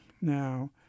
Now